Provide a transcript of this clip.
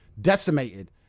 decimated